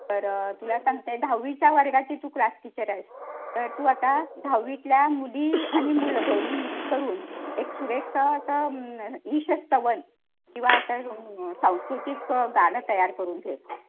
तर तुला सांगते दहावीच्या वर्गाची तू क्लास टीचर आहेस तर तू आता दहावीतल्या मुली आणि मुलं दोन्ही मिक्स करून एक सुरेखसं असं ईशस्तवन किंवा आता सांस्कृतिक गाणं तयार करून घे